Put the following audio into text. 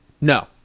No